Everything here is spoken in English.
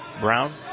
Brown